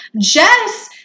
Jess